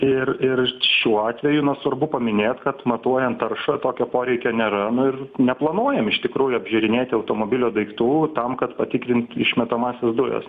ir ir šiuo atveju na svarbu paminėt kad matuojant taršą tokio poreikio nėra nu ir neplanuojam iš tikrųjų apžiūrinėti automobilio daiktų tam kad patikrint išmetamąsias dujas